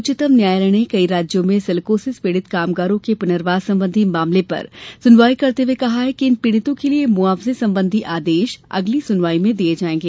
उच्चतम न्यायालय ने कई राज्यों में सिलिकोसिस पीड़ित कामगारों के पुनर्वास संबंधी मामले पर सुनवाई करते हुए कहा कि इन पीड़ितों के लिए मुआवजे संबंधी आदेश अगली सुनवाई में दिया जाएगा